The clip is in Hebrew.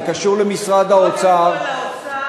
זה קשור למשרד האוצר.